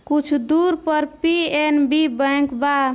कुछ दूर पर पी.एन.बी बैंक बा